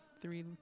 three